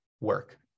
work